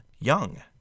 Young